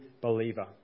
believer